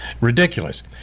ridiculous